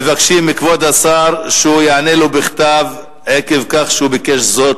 מבקשים מכבוד השר שיענה לו בכתב עקב כך שביקש זאת,